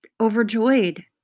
overjoyed